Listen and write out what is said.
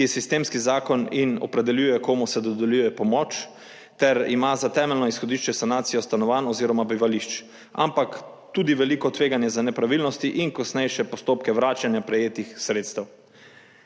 ki je sistemski zakon in opredeljuje komu se dodeljuje pomoč ter ima za temeljno izhodišče sanacijo stanovanj oziroma bivališč, ampak tudi veliko tveganje za nepravilnosti in kasnejše postopke vračanja prejetih sredstev.